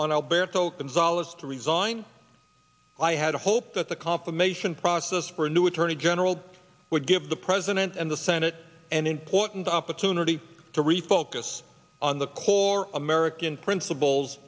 gonzales to resign i had hoped that the confirmation process for a new attorney general would give the president and the senate and important opportunity to refocus on the core american principles